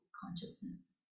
consciousness